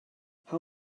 how